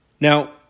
Now